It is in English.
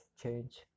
change